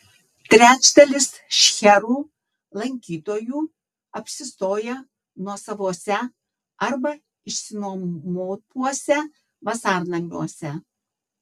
trečdalis šcherų lankytojų apsistoja nuosavuose arba išsinuomotuose vasarnamiuose